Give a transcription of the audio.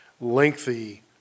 lengthy